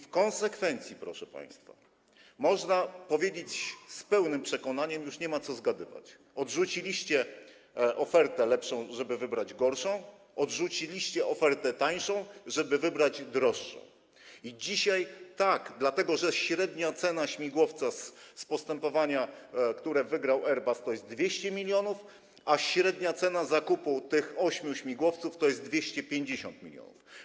W konsekwencji, proszę państwa, można powiedzieć z pełnym przekonaniem, już nie ma co zgadywać, odrzuciliście ofertę lepszą, żeby wybrać gorszą, odrzuciliście ofertę tańszą, żeby wybrać droższą, dlatego że dzisiaj średnia cena śmigłowca z postępowania, które wygrał Airbus, to 200 mln, a średnia cena zakupu tych ośmiu śmigłowców to 250 mln.